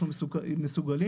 אנחנו מסוגלים